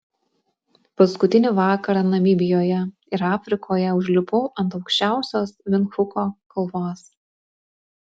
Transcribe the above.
paskutinį vakarą namibijoje ir afrikoje užlipau ant aukščiausios vindhuko kalvos